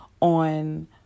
on